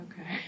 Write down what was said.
Okay